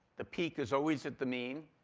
the peak is always at the mean.